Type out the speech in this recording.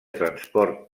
transport